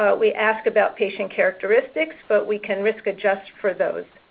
but we ask about patient characteristics, but we can risk adjust for those.